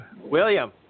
William